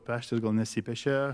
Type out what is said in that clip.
peštis gal nesipešė